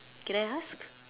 can I ask